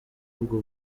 ubwo